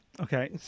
Okay